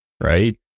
Right